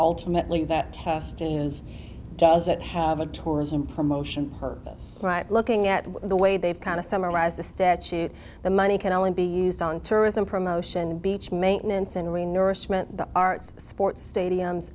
ultimately that testing is does it have a tourism promotion purpose looking at the way they've kind of summarized the statute the money can only be used on tourism promotion beach maintenance and rain nourishment the arts sports stadiums